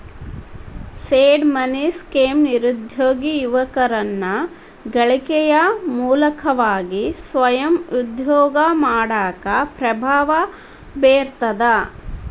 seed money scheme ನಿರುದ್ಯೋಗಿ ಯುವಕರನ್ನ ಗಳಿಕೆಯ ಮೂಲವಾಗಿ ಸ್ವಯಂ ಉದ್ಯೋಗ ಮಾಡಾಕ ಪ್ರಭಾವ ಬೇರ್ತದ